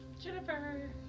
Jennifer